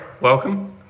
welcome